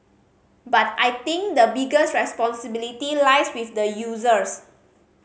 but I think the biggest responsibility lies with the users